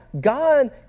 God